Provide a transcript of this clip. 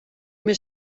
més